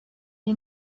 est